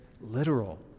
literal